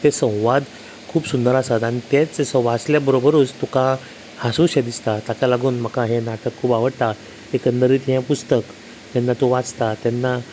तें संवाद खूब सुंदर आसात आनी तेंच वाचल्या बरोबरूच तुका हांसूं शें दिसता तेका लागून म्हाका हें नाटक खूब आवडटा एकंदरीत हें पुस्तक जेन्ना तूं वाचता तेन्ना